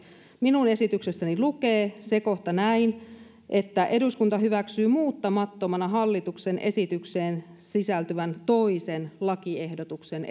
minun esityksessäni se kohta lukee että eduskunta hyväksyy muuttamattomana hallituksen esitykseen sisältyvän toisen lakiehdotuksen